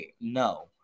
No